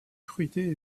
fruités